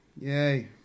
Yay